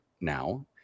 now